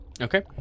Okay